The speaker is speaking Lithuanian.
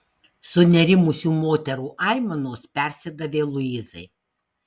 sunerimusių moterų aimanos persidavė luizai